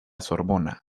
sorbona